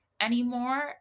Anymore